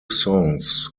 songs